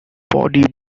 body